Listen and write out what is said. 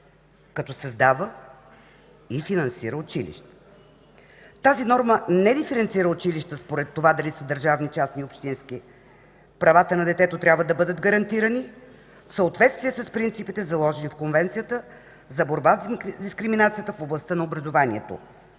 като създава и финансира училища. Тази норма не диференцира училищата според това дали са държавни, частни или общински. Правата на детето трябва да бъдат гарантирани в съответствие с принципите, заложени в Конвенцията за борба с дискриминацията в областта на образованието,